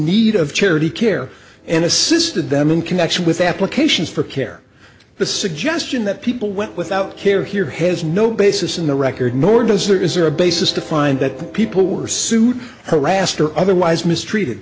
need of charity care and assisted them in connection with applications for care the suggestion that people went without care here has no basis in the record nor does there is a basis to find that people were sued harassed or otherwise mistreated